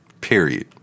Period